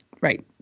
right